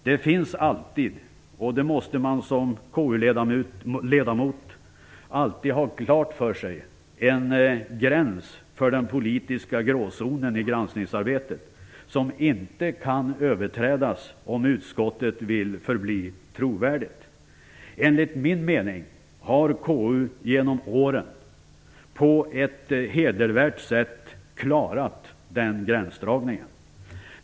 Det finns alltid, och det måste man som KU ledamot alltid ha klart för sig, en gräns för den politiska gråzonen i granskningsarbetet som inte kan överträdas om utskottet vill förbli trovärdigt. Enligt min mening har KU genom åren på ett hedervärt sätt klarat den gränsdragningen.